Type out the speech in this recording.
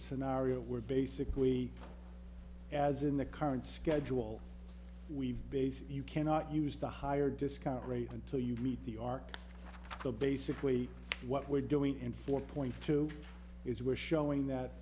you were basically as in the current schedule we've basically you cannot use the higher discount rate until you meet the arc so basically what we're doing in four point two is we're showing that